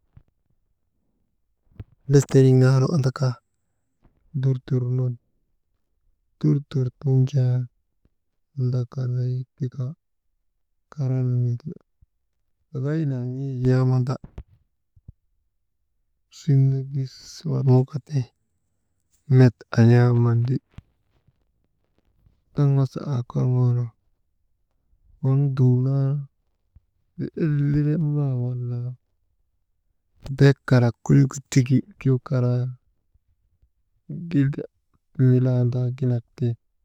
Misik nu andaka durdur nun, durdur nu jaa ndakalaz tika, kaŋni wawaynaŋ n̰ee wamanda, siŋnu gis woroŋka ti met ayaŋandi, kaŋ wasa aa korŋoo nu waŋ dumnan, wey en̰iinu maa walaa, be kalak kenik triki ti karaa, jul nandaaginak ti.